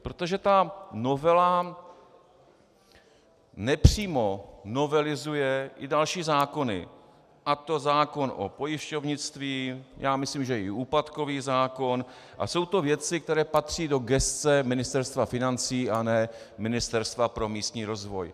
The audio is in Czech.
Protože ta novela nepřímo novelizuje i další zákony, a to zákon o pojišťovnictví, já myslím, že i úpadkový zákon, a jsou to věci, které patří do gesce Ministerstva financí, a ne Ministerstva pro místní rozvoj.